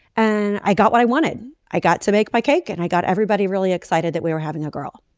and i got what i wanted. i got to make my cake and i got everybody really excited that we were having a girl.